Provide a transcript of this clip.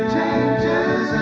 Changes